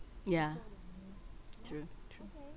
ya true true